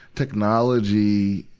technology,